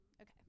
Okay